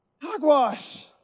Hogwash